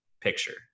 picture